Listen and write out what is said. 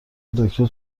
دکتر